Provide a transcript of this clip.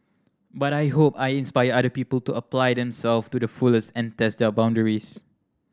but I hope I inspire other people to apply themselves to the fullest and test their boundaries